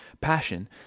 passion